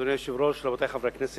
אדוני היושב-ראש, רבותי חברי הכנסת,